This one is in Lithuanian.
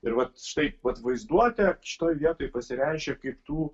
ir vat štai vat vaizduotė šitoj vietoj prasireiškia kaip tų